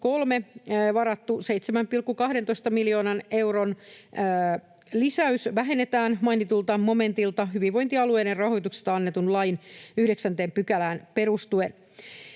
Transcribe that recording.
varattu 7,12 miljoonan euron lisäys vähennetään mainitulta momentilta hyvinvointialueiden rahoituksesta annetun lain 9 §:ään perustuen